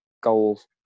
goals